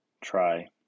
try